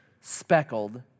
speckled